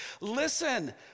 listen